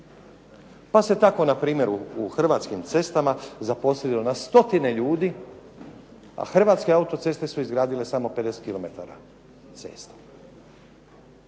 pa se tako npr. u Hrvatskim cestama zaposlilo na stotine ljudi, a Hrvatske autoceste su izgradile samo 50 kilometar